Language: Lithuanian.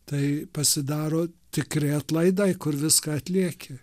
tai pasidaro tikri atlaidai kur viską atlieki